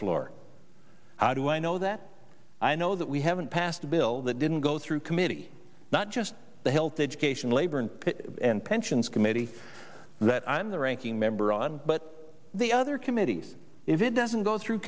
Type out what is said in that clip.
floor how do i know that i know that we haven't passed a bill that didn't go through committee not just the health education labor and pensions committee that i'm the ranking member on but the other committees if it doesn't go through